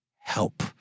Help